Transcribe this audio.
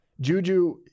Juju